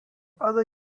other